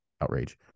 outrage